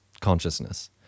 consciousness